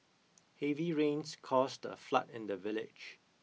heavy rains caused a flood in the village